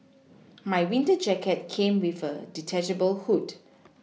my winter jacket came with a detachable hood